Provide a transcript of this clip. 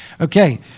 Okay